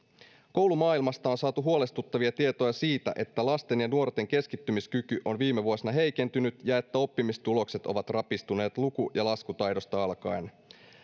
koulumaailmasta on saatu huolestuttavia tietoja siitä että lasten ja nuorten keskittymiskyky on viime vuosina heikentynyt ja että oppimistulokset ovat rapistuneet luku ja laskutaidosta alkaen